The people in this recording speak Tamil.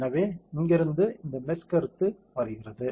எனவே இங்கிருந்து இந்த மெஷ் கருத்து வருகிறது